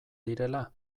direla